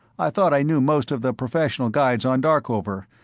i thought i knew most of the professional guides on darkover,